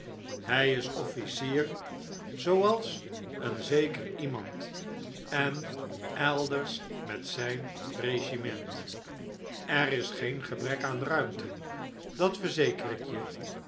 hij is officier zooals een zeker iemand en elders met zijn regiment er is geen gebrek aan ruimte dat verzeker ik je